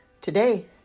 Today